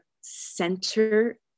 center